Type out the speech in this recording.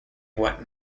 what